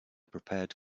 prepared